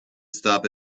stop